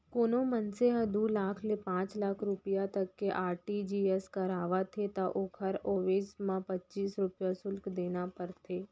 कोनों मनसे ह दू लाख ले पांच लाख रूपिया तक के आर.टी.जी.एस करावत हे त ओकर अवेजी म पच्चीस रूपया सुल्क देना परथे